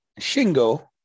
Shingo